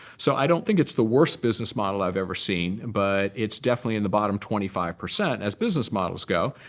so i don't think it's the worst business model i've ever seen. and but it's definitely in the bottom twenty five percent as business models go.